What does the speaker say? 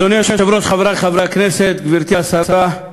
אדוני היושב-ראש, חברי חברי הכנסת, גברתי השרה,